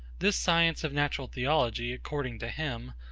this science of natural theology, according to him,